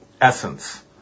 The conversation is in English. essence